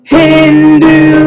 hindu